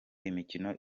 imikino